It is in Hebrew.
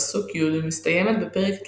פסוק י' ומסתיימת בפרק ל"ב,